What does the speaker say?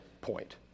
point